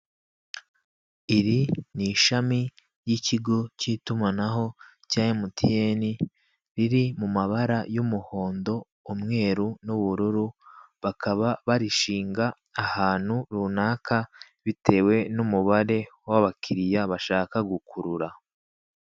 Iri ni ishami ry'ikigo cy'itumanaho cya MTN, riri mu mabara y'umuhondo, umweru, n'ubururu, bakaba barishinga ahantu runaka bitewe n'umubare w'abakiriya bashaka gukurura.